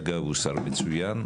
אגב הוא שר מצוין.